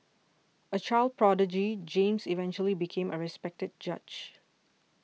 a child prodigy James eventually became a respected judge